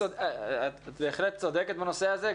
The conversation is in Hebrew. את בהחלט צודקת בנושא הזה.